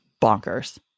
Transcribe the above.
bonkers